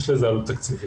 יש לזה עלות תקציבית.